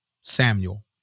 Samuel